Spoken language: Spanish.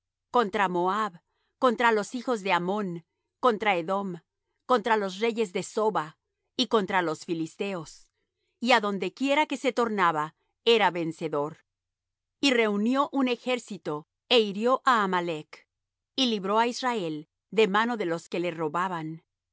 contra moab contra los hijos de ammón contra edom contra los reyes de soba y contra los filisteos y á donde quiera que se tornaba era vencedor y reunió un ejército é hirió á amalec y libró á israel de mano de los que le robaban